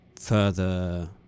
further